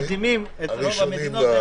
אנחנו מקדימים את רוב המדינות.